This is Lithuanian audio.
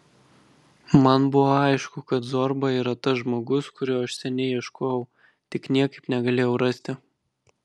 man buvo aišku kad zorba yra tas žmogus kurio aš seniai ieškojau tik niekaip negalėjau rasti